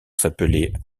s’appelait